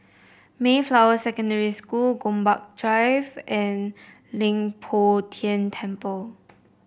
Mayflower Secondary School Gombak Drive and Leng Poh Tian Temple